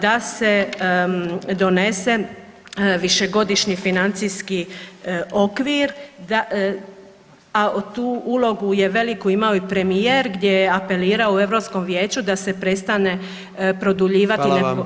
da se donese višegodišnji financijski okvir, a tu ulogu veliku je imao i premijer gdje je apelirao u Europskom vijeću da se prestane produljivati [[Upadica predsjednik: Hvala vam.]] Hvala vama.